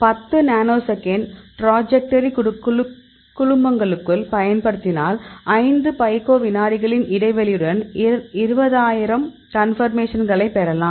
10 nanosecond trajectory குழுமங்களுக்குள் பயன்படுத்தினால் 5 pico விநாடிகளின் இடைவெளியுடன் 20000 கன்பர்மேஷன்களைப் பெறலாம்